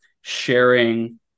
sharing